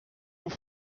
vous